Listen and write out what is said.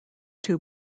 two